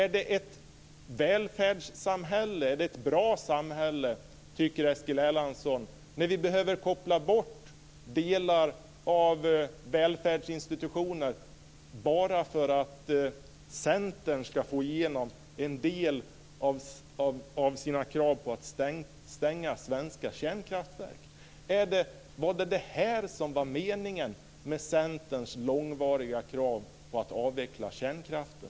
Tycker Eskil Erlandsson att vi har ett välfärdssamhälle och ett bra samhälle när vi behöver koppla bort delar av välfärdsinstitutioner bara därför att Centern ska få igenom en del av sina krav på att stänga svenska kärnkraftverk? Var det detta som var meningen med Centerns långvariga krav på att avveckla kärnkraften?